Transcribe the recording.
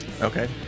Okay